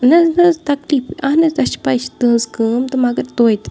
نہ حظ نہ حظ تَکلیٖف اہن حظ اَسہِ چھِ پاے یہِ چھِ تُہنٛز کٲم تہٕ مَگر تۄتہِ